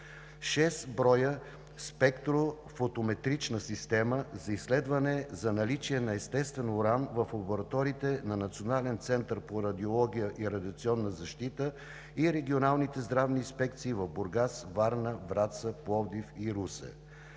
6 броя спектрофотометрична система за изследване за наличие на естествен уран в лабораториите на Националния център по радиобиология и радиационна защита и регионалните здравни инспекции в Бургас, Варна, Враца, Пловдив и Русе;